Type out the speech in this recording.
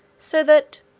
so that,